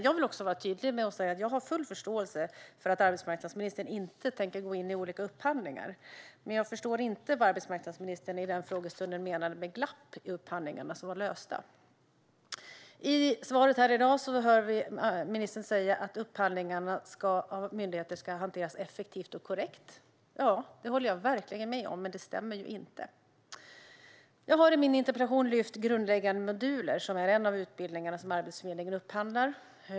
Jag vill vara tydlig med att jag har full förståelse för att arbetsmarknadsministern inte tänker gå in på olika upphandlingar, men jag förstår inte vad arbetsmarknadsministern vid den frågestunden menade med att glapp i upphandlingarna var lösta. I svaret i dag hör vi ministern säga att myndigheters upphandlingar ska hanteras effektivt och korrekt. Detta håller jag verkligen med om, men det stämmer ju inte. Jag har i min interpellation lyft Grundläggande moduler, som är en av de utbildningar som Arbetsförmedlingen upphandlar.